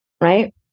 right